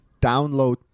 download